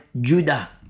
judah